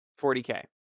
40K